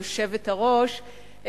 היושבת-ראש,